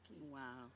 Wow